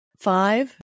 Five